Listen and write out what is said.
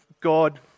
God